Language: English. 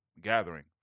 gathering